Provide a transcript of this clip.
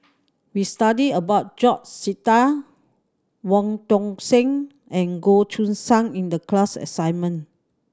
we studied about George Sita Wong Tuang Seng and Goh Choo San in the class assignment